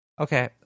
okay